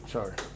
Sorry